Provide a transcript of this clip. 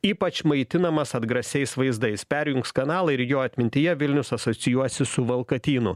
ypač maitinamas atgrasiais vaizdais perjungs kanalą ir jo atmintyje vilnius asocijuosis su valkatynu